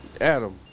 Adam